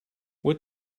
what